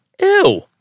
ew